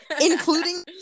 Including